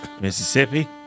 Mississippi